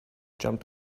jumped